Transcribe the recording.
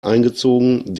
eingezogen